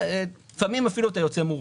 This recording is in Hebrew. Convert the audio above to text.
לפעמים אפילו מורווח.